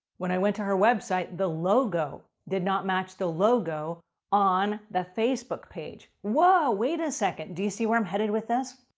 when i went to her website, the logo did not match the logo on the facebook page. whoa, wait a second, do you see where i'm headed with this?